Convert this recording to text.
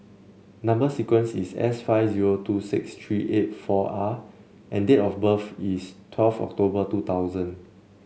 number sequence is S five zero two six three eight four R and date of birth is twelve October two thousand